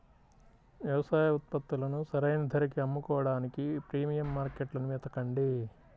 వ్యవసాయ ఉత్పత్తులను సరైన ధరకి అమ్ముకోడానికి ప్రీమియం మార్కెట్లను వెతకండి